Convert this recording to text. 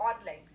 online